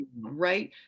Right